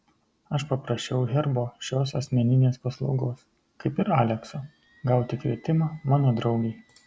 aš paprašiau herbo šios asmeninės paslaugos kaip ir alekso gauti kvietimą mano draugei